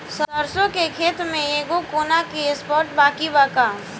सरसों के खेत में एगो कोना के स्पॉट खाली बा का?